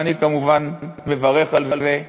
ואני כמובן מברך על זה,